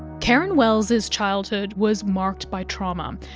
karen wells's childhood was marked by trauma,